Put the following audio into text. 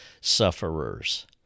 sufferers